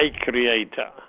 creator